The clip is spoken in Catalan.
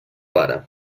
pare